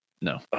No